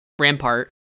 Rampart